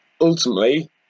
Ultimately